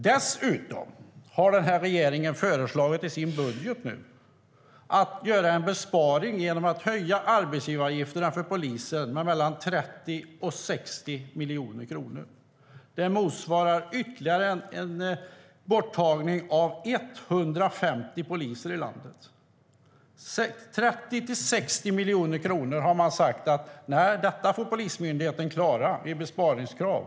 Dessutom har regeringen i sin budget föreslagit en besparing genom att höja arbetsgivaravgifterna för polisen med mellan 30 och 60 miljoner kronor. Det motsvarar en ytterligare minskning med 150 poliser i landet. Man har sagt att mellan 30 och 60 miljoner kronor är Polismyndighetens besparingskrav.